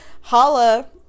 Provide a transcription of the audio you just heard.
holla